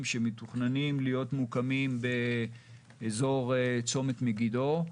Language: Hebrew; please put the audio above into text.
שמתוכננים להיות מוקמים באזור צומת מגידו.